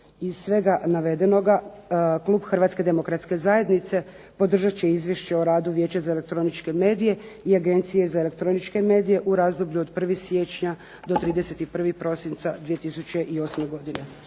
Iz svega navedenoga klub Hrvatske demokratske zajednice podržat će Izvješće o radu Vijeća za elektroničke medije i Agencije za elektroničke medije u razdoblju od 1. siječnja do 31. prosinca 2008. godine.